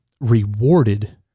rewarded